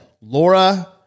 Laura